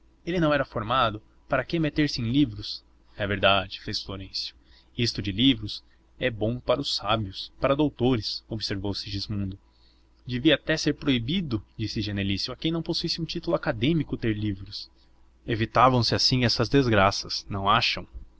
ele não era formado para que meter-se em livros é verdade fez florêncio isto de livros é bom para os sábios para os doutores observou segismundo devia até ser proibido disse genelício a quem não possuísse um título acadêmico ter livros evitavam se assim essas desgraças não acham